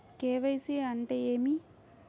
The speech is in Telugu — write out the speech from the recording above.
కే.వై.సి అంటే ఏమి?